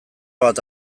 bat